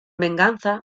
venganza